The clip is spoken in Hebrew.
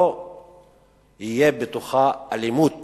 לא תהיה בה אלימות